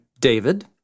David